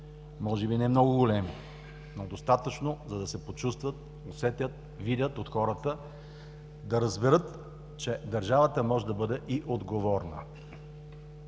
Може би не много големи, но достатъчно, за да се почувстват, усетят и видят от хората, да разберат, че държавата може да бъде и отговорна.